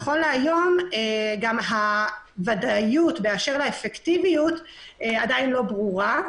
נכון להיום הוודאיות באשר לאפקטיביות עדיין לא ברורה,